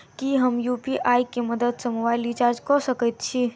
की हम यु.पी.आई केँ मदद सँ मोबाइल रीचार्ज कऽ सकैत छी?